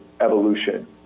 evolution